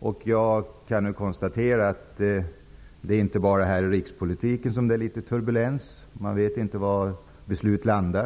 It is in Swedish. och jag kan konstatera att det inte bara är här i rikspolitiken som det är turbulens. Man vet inte var beslut landar.